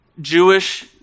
Jewish